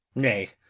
nay,